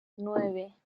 nueve